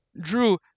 Drew